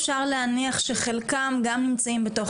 אפשר להניח שחלקם גם נמצאים בתוך